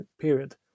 period